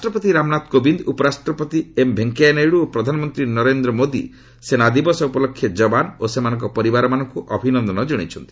ରାଷ୍ଟ୍ରପତି ରାମନାଥ କୋବିନ୍ଦ ଉପରାଷ୍ଟ୍ରପତି ଏମ୍ଭେଙ୍କେୟାନାଇଡୁ ଓ ପ୍ରଧାନମନ୍ତ୍ରୀ ନରେନ୍ଦ୍ର ମୋଦି ସେନାଦିବସ ଉପଲକ୍ଷେ ଜବାନ ଓ ସେମାନଙ୍କ ପରିବାରମାନଙ୍କୁ ଅଭିନନ୍ଦନ ଜଣାଇଛନ୍ତି